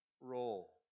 role